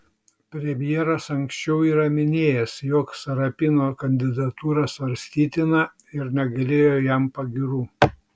premjeras anksčiau yra minėjęs jog sarapino kandidatūra svarstytina ir negailėjo jam pagyrimų